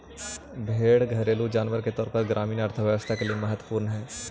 भेंड़ घरेलू जानवर के तौर पर ग्रामीण अर्थव्यवस्था के लिए महत्त्वपूर्ण हई